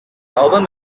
album